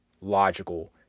logical